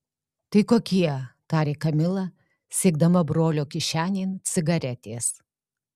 tai kokie tarė kamila siekdama brolio kišenėn cigaretės